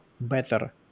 better